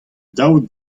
daou